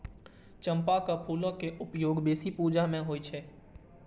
चंपाक फूलक उपयोग बेसी पूजा मे होइ छै